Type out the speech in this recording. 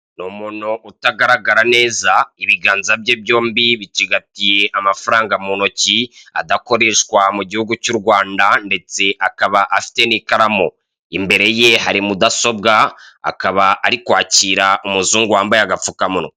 Ni umuntu utagaragara neza ibiganza bye byombi bicigatiye amafaranga mu ntoki adakoreshwa mu gihugu cy'u Rwanda ndetse akaba afite n'ikaramu. Imbere ye hari mudasobwa akaba ari kwakira umuzungu wambaye agapfukamunwa.